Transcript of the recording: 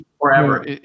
Forever